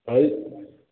ଆଉ